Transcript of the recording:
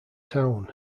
town